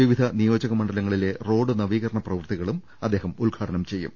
വിവിധ നിയോജക മണ്ഡലങ്ങളിലെ റോഡ് നവീകരണ പ്രവൃത്തികളും അദ്ദേഹം ഉദ്ഘാടനം ചെയ്യും